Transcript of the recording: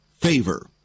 Favor